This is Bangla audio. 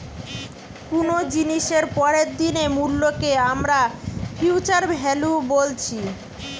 কুনো জিনিসের পরের দিনের মূল্যকে আমরা ফিউচার ভ্যালু বলছি